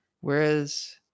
whereas